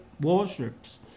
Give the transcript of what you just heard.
warships